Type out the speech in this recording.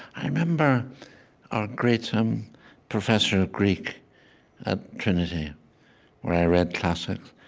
i remember a great um professor of greek at trinity where i read classics,